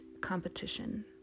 competition